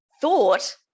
thought